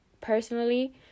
personally